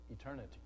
eternity